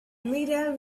medal